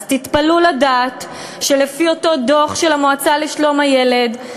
אז תתפלאו לדעת שלפי אותו דוח של המועצה לשלום הילד,